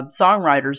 songwriters